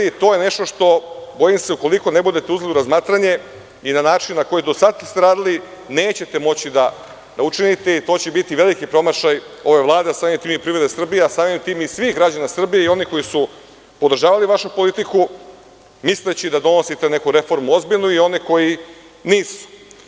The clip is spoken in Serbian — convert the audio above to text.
To je nešto što, bojim se ukoliko ne budete uzeli u razmatranje, i na način na koji do sada kada ste radili, nećete moći da učinite i to će biti veliki promašaj ove Vlade i samim tim i privrede Srbije, a samim tim i svih građana Srbije i onih koji su podržavali vašu politiku, misleći da donosite neku reformu ozbiljnu i onih koji nisu.